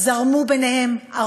זרמו ביניהן.